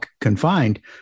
confined